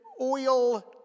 oil